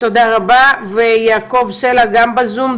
תודה רבה ויעקב סלע גם בזום,